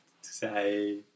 say